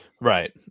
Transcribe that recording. Right